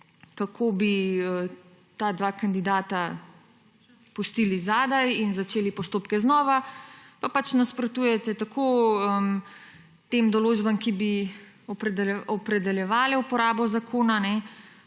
kako bi ta dva kandidata pustili zadaj in začeli postopke znova, pač nasprotujete tako tem določbam, ki bi opredeljevale uporabo zakona,